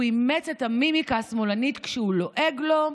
הוא אימץ את המימיקה השמאלנית כשהוא לועג לו.